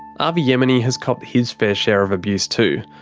avi yemini has copped his fair share of abuse too.